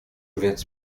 więc